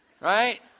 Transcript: Right